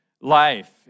life